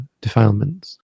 defilements